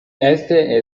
este